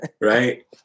Right